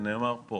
שנאמר פה,